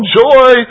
joy